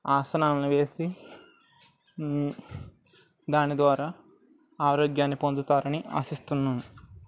ఆసనాలను వేసి దాని ద్వారా ఆరోగ్యాన్ని పొందుతారు అని ఆశిస్తున్నాను